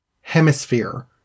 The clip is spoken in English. hemisphere